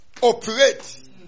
operate